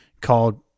called